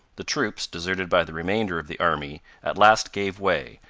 the troops, deserted by the remainder of the army, at last gave way,